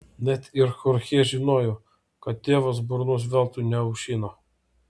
net ir chorchė žinojo kad tėvas burnos veltui neaušina